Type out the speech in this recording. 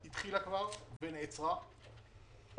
אני לא מדבר על האירוע ואני לא מדבר על ניהול קהל ואני לא